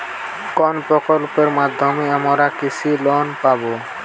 কোন প্রকল্পের মাধ্যমে আমরা কৃষি লোন পাবো?